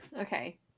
okay